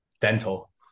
Dental